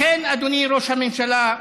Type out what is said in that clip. לכן, אדוני ראש הממשלה,